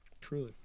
Truly